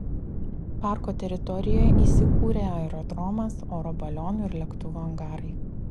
parko teritorijoje įsikūrė aerodromas oro balionų ir lėktuvų angarai